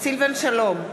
סילבן שלום,